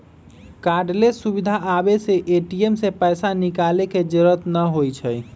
cardless सुविधा आबे से ए.टी.एम से पैसा निकाले के जरूरत न होई छई